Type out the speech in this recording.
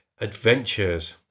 Adventures